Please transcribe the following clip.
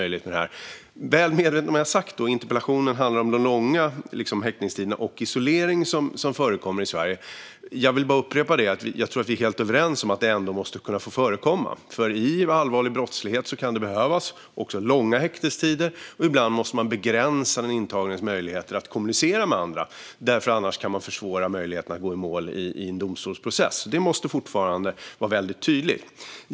Jag är väl medveten om vad jag har sagt och att interpellationen handlar om de långa häktningstiderna och den isolering som förekommer i Sverige. Men jag vill upprepa att jag tror att vi är helt överens om att det måste få förekomma. Vid allvarlig brottslighet kan det behövas långa häktestider. Ibland måste man också begränsa den intagnes möjligheter att kommunicera med andra; annars kan man försvåra möjligheterna att gå i mål i en domstolsprocess. Detta måste fortfarande vara väldigt tydligt.